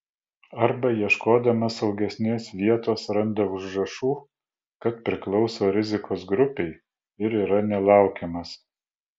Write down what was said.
arba ieškodamas saugesnės vietos randa užrašų kad priklauso rizikos grupei ir yra nelaukiamas